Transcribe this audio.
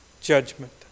judgment